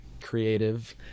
creative